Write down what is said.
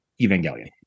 Evangelion